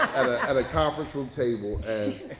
at a conference room table and,